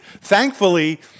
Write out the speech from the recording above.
Thankfully